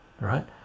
right